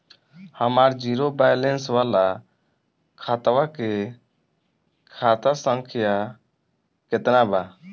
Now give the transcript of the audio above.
हमार zero balance वाला खतवा के खाता संख्या केतना बा?